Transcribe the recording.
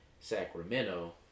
Sacramento